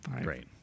Great